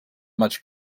much